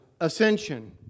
ascension